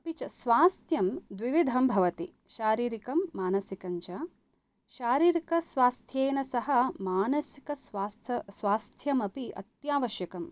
अपि च स्वास्थ्यं द्विविधं भवति शारीरकं मानसिकं च शारीरकस्वास्थ्येन सह मानसिकस्वास्थ स्वास्थ्यमपि अत्यावश्यकम्